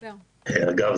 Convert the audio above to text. אגב,